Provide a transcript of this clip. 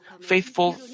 faithful